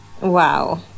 Wow